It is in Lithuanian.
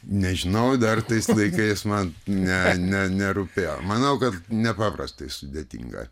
nežinau dar tais laikais man ne ne nerūpėjo manau kad nepaprastai sudėtinga